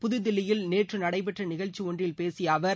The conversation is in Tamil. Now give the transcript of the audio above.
புதுதில்லியில் நேற்று நடைபெற்ற நிகழ்ச்சி ஒன்றில் பேசிய அவர்